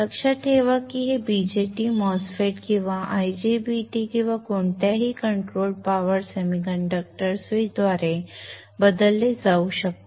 लक्षात ठेवा की हे BJT MOSFET किंवा IGBT किंवा कोणत्याही नियंत्रित पॉवर सेमीकंडक्टर स्विच द्वारे बदलले जाऊ शकते